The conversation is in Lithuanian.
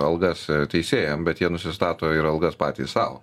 algas teisėjam bet jie nusistato ir algas patys sau